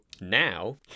now